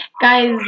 guys